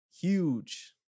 huge